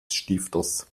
stifters